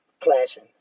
clashing